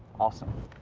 awesome.